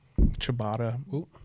ciabatta